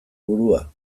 burua